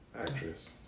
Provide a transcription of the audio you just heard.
Actress